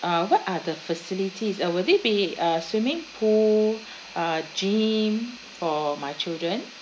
uh what are the facilities uh will there be uh swimming pool uh gym for my children